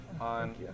on